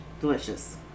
delicious